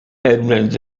edmond